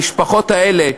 המשפחות האלה,